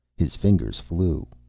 his fingers flew,